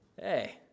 hey